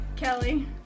Kelly